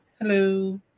Hello